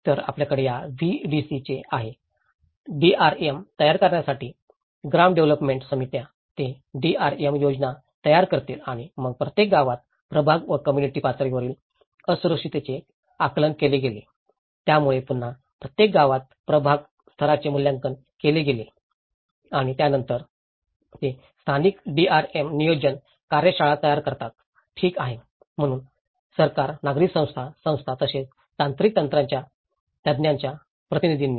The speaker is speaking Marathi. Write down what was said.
तर आपल्याकडे या VDC चे आहे DRM तयार करण्यासाठी ग्रामडेव्हलोपमेंट समित्या ते DRM योजना तयार करतील आणि मग प्रत्येक गावात प्रभाग व कम्म्युनिटी पातळीवरील असुरक्षिततेचे आकलन केले गेले त्यामुळे पुन्हा प्रत्येक गावात प्रभाग स्तराचे मूल्यांकन केले गेले आणि त्यानंतरच ते स्थानिक डीआरएम नियोजन कार्यशाळा तयार करतात ठीक आहे म्हणून सरकार नागरी संस्था संस्था तसेच तांत्रिक तज्ञांच्या प्रतिनिधींनी